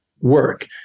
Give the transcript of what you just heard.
work